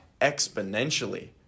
exponentially